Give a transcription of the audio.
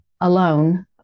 alone